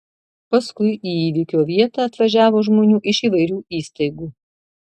paskui į įvykio vietą atvažiavo žmonių iš įvairių įstaigų